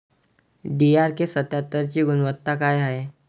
DRK सत्यात्तरची गुनवत्ता काय हाय?